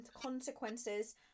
consequences